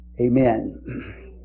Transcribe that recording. Amen